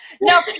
no